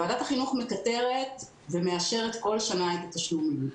ועדת החינוך מקטרת ומאשרת בכל שנה את התשלומים.